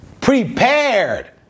prepared